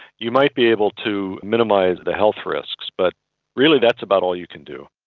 you might be able to minimise the health risks. but really that's about all you can do.